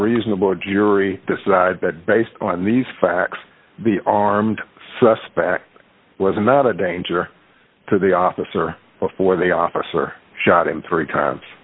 reasonable jury decide that based on these facts the armed suspect was not a danger to the officer before the officer shot him three times